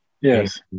Yes